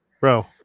Bro